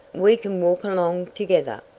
we can walk along together.